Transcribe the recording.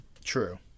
True